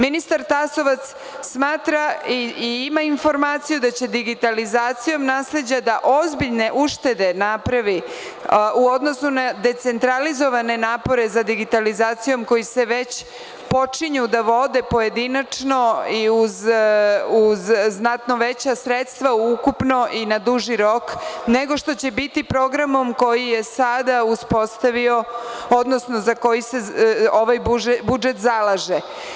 Ministar Tasovac smatra i ima informaciju da će digitalizacijom nasleđa napraviti ozbiljne uštede u odnosu na decentralizovane napore za digitalizacijom, koji se već vode pojedinačno i uz znatno veća sredstva, ukupno, i na duži rok, nego što će biti programom koji je sada uspostavio, odnosno za koji se ovaj budžet zalaže.